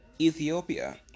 Ethiopia